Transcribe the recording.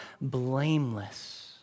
blameless